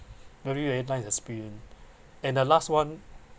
very very nice experience and the last one